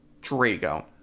Drago